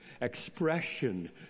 expression